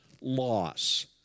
loss